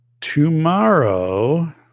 tomorrow